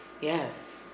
Yes